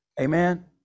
Amen